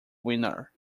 winner